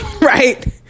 Right